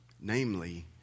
Namely